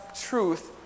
truth